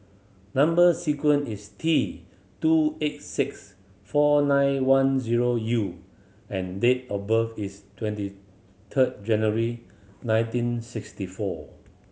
number sequence is T two eight six four nine one zero U and date of birth is twenty third January nineteen sixty four